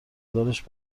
دارش